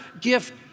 gift